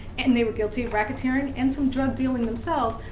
and they were guilty of racketeering and some drug dealing themselves,